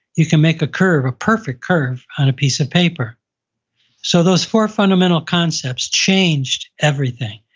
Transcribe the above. you can make a curve, a perfect curve on a piece of paper so those four fundamental concepts changed everything.